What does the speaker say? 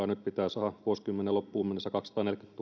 nyt pitää saada vuosikymmenen loppuun mennessä